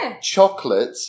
Chocolate